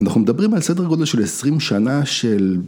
אנחנו מדברים על סדר גודל של 20 שנה של...